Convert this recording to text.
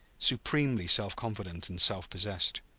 supremely self-confident and self-possessed.